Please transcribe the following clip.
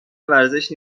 ورزش